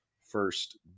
first